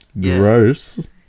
Gross